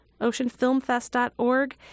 OceanFilmFest.org